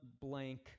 blank